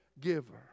giver